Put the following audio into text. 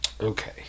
Okay